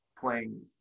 playing